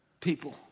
people